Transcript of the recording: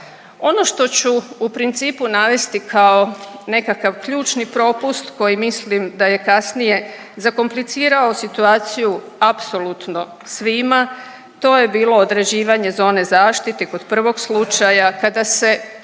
Ono što ću u principu navesti kao nekakav ključni propust koji mislim da je kasnije zakomplicirao situaciju apsolutno svima, to je bilo određivanje zone zaštite kod prvog slučaja kada se